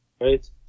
right